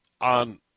on